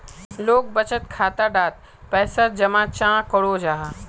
लोग बचत खाता डात पैसा जमा चाँ करो जाहा?